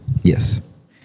yes